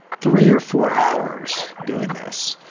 three or four hours doing this.